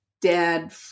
dad